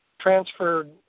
transferred